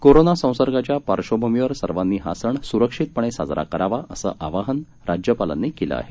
corona संसर्गाच्या पार्श्वभूमीवर सर्वांनी हा सण सुरक्षितपणे साजरा करावा असं आवाहन राज्यपालांनी केलं आहे